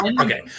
Okay